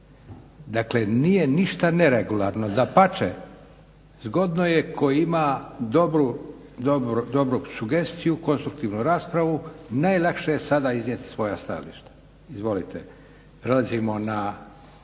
Dakle, nije ništa neregularno. Dapače, zgodno je tko ima dobru sugestiju, konstruktivnu raspravu. Najlakše je sada iznijet svoja stajališta. Izvolite. Prelazimo na,